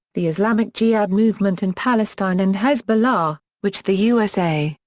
the islamic jihad movement in palestine and hezbollah, which the usa,